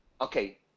okay